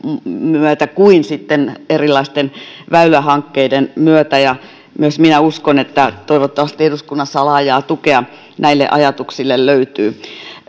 myötä kuin sitten erilaisten väylähankkeiden myötä ja myös minä uskon ja toivon että eduskunnassa laajaa tukea näille ajatuksille löytyy